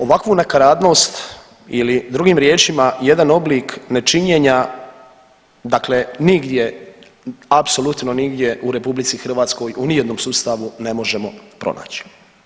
Ovakvu nakaradnost ili drugim riječima jedan oblik nečinjenja dakle, nigdje, apsolutno nigdje u RH u nijednom sustavu ne možemo pronaći.